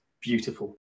beautiful